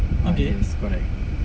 ah yes correct